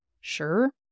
Sure